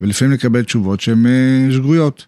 ולפעמים לקבל תשובות שהן שגויות.